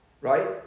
Right